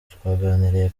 twaganiriye